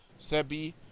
Sebi